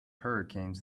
hurricanes